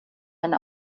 eine